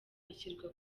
ashyirwa